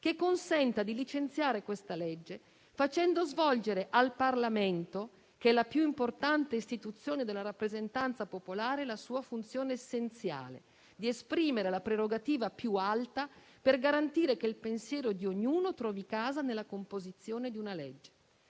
che consenta di licenziare questa legge facendo svolgere al Parlamento, la più importante istituzione della rappresentanza popolare, la sua funzione essenziale: esprimere la prerogativa più alta per garantire che il pensiero di ognuno trovi casa nella composizione di una legge.